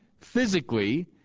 physically